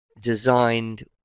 designed